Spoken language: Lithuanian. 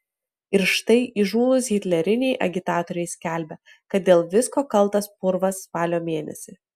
ir štai įžūlūs hitleriniai agitatoriai skelbia kad dėl visko kaltas purvas spalio mėnesį